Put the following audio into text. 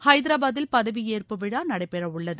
ஹைதராபாத்தில் பதவி ஏற்பு விழா நடைபெற உள்ளது